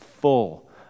full